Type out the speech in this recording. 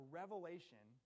revelation